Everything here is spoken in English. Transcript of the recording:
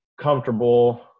comfortable –